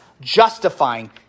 justifying